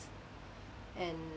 and